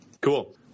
Cool